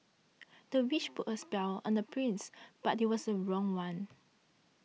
the witch put a spell on the prince but it was the wrong one